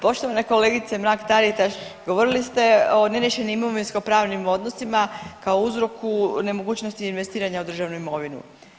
Poštovana kolegice Mrak Taritaš govorili ste o neriješenim imovinsko pravim odnosima kao uzroku nemogućnosti investiranja u državnu imovinu.